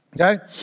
okay